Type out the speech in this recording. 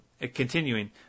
Continuing